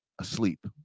asleep